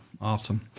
awesome